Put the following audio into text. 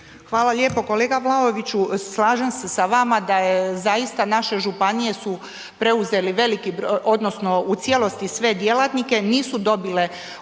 Hvala lijepo. Kolega Vlaoviću, slažem se sa vama da je zaista naše županije su preuzeli veliki odnosno u cijelosti sve djelatnike, nisu dobile